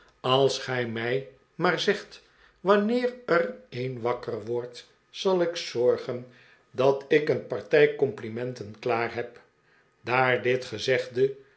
als gij mij maar zegt wanneer er een wakker wordt zal ik zorgen dat ik een partij complimente n klaar heb daar dit gezegde